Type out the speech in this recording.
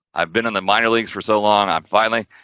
i've been in the minor leaks for so long, i'm finally,